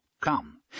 Come